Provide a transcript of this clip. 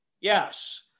Yes